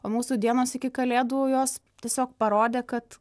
o mūsų dienos iki kalėdų jos tiesiog parodė kad